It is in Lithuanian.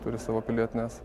turi savo pilietines